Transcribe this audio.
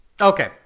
Okay